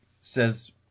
says